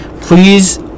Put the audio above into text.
please